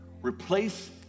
Replace